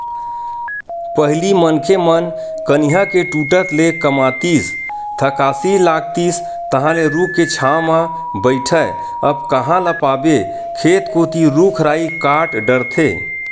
पहिली मनखे मन कनिहा के टूटत ले कमातिस थकासी लागतिस तहांले रूख के छांव म बइठय अब कांहा ल पाबे खेत कोती रुख राई कांट डरथे